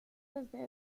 desde